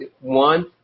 One